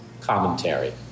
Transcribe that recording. commentary